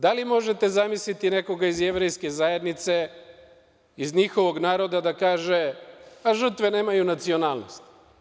Da li možete zamisliti nekoga iz Jevrejske zajednice, iz njihovog naroda, da kaže – žrtve nemaju nacionalnost?